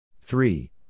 Three